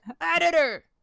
editor